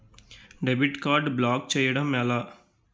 Debit card block చేయటం ఎలా?